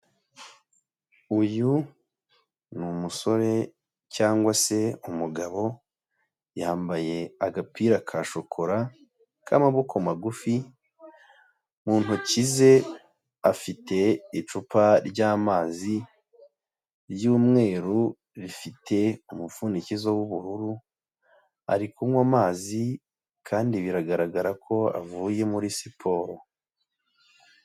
Uyu ni umusore cyangwa se umugabo yambaye agapira ka shokora k'amaboko magufi, mu ntoki ze afite icupa ry'amazi ry'umweru rifite umupfundikizo w'ubururu, ari kunywa amazi kandi biragaragara ko avuye muri siporo.